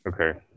Okay